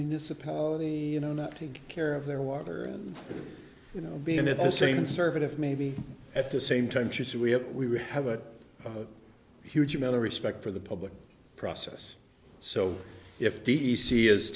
municipality you know not take care of their water and you know being at the same uncertain if maybe at the same time she said we have we have a huge amount of respect for the public process so if d c is